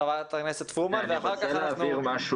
חברת הכנסת פרומן, בבקשה.